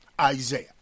Isaiah